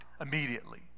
immediately